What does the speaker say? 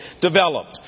developed